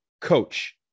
coach